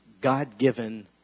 God-given